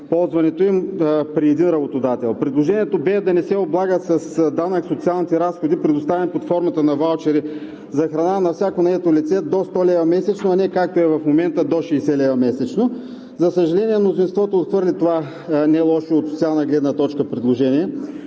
ползването им при един работодател. Предложението бе да не се облагат с данък социалните разходи, предоставени под формата на ваучери за храна на всяко наето лице до 100 лв. месечно, а не както е в момента – до 60 лв. месечно. За съжаление, мнозинството отхвърли това нелошо от социална гледна точка предложение.